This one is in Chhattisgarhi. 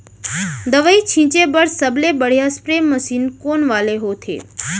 दवई छिंचे बर सबले बढ़िया स्प्रे मशीन कोन वाले होथे?